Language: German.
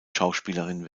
schauspielerin